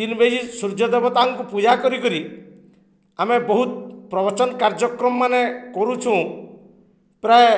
ଦିନ ବଜେ ସୂର୍ଯ୍ୟ ଦେବତାଙ୍କୁ ପୂଜା କରିକରି ଆମେ ବହୁତ ପ୍ରବଚନ କାର୍ଯ୍ୟକ୍ରମ ମାନେ କରୁଛୁଁ ପ୍ରାୟ